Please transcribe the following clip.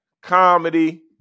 comedy